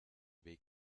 weg